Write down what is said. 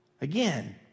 Again